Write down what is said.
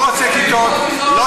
לא רוצה, קדימה, קדימה, קדימה.